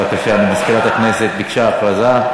בבקשה, מזכירת הכנסת ביקשה הכרזה.